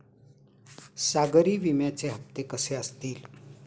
सागरी विम्याचे हप्ते कसे असतील?